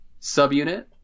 subunit